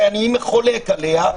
שאני חולק עליה,